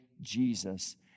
Jesus